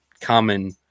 common